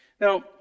Now